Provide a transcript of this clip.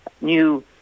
new